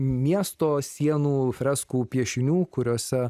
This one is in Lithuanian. miesto sienų freskų piešinių kuriuose